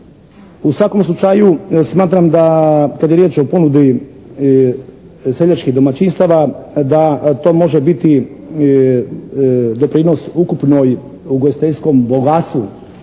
U svakom slučaju smatram da kad je riječ o ponudi seljačkih domaćinstava da to može biti doprinos ukupnoj, ugostiteljskom bogatstvu